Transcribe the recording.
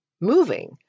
moving